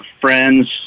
friends